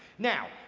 now,